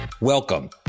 Welcome